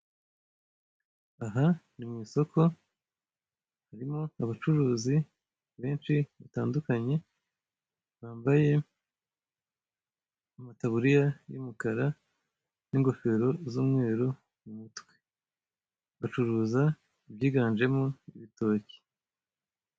Aha ni mu isoko, harimo abacuruzi benshi batandukanye, bambaye amataburiya y'umukara n'ingofero z'umweru mu mutwe, bacuruza ibyiganjemo ibitoki.